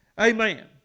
Amen